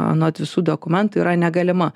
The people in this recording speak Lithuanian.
anot visų dokumentų yra negalima